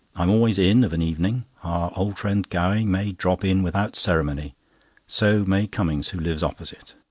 i am always in of an evening. our old friend gowing may drop in without ceremony so may cummings, who lives opposite.